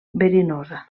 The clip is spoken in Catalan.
verinosa